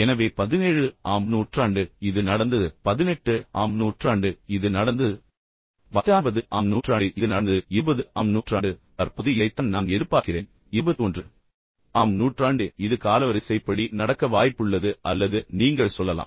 எனவே 17 ஆம் நூற்றாண்டு இது நடந்தது 18 ஆம் நூற்றாண்டு இது நடந்தது 19 ஆம் நூற்றாண்டு இது நடந்தது 20 ஆம் நூற்றாண்டு தற்போது இதைத்தான் நான் எதிர்பார்க்கிறேன் 21 ஆம் நூற்றாண்டு இது காலவரிசைப்படி நடக்க வாய்ப்புள்ளது அல்லது நீங்கள் வெறுமனே சொல்லலாம்